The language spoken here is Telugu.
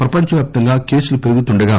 ప్రపంచవ్యాప్తంగా కేసులు పెరుగుతుండగా